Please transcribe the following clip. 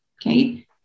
Okay